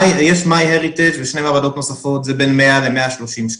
ב- MyHeritageובשתי מעבדות נוספות זה בין 100 ל-130 שקלים.